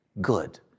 good